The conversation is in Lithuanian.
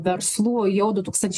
verslų jau du tūkstančiai